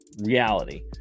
reality